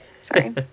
Sorry